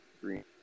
Green